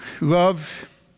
Love